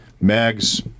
Mags